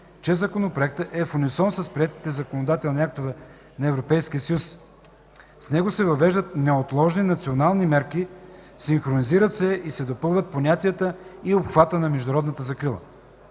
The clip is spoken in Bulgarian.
че Законопроектът е в унисон с приетите законодателни актове на Европейския съюз. С него се въвеждат неотложни национални мерки, синхронизират се и се допълват понятията и обхватът на международната закрила.